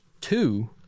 two